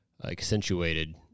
accentuated